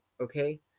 Okay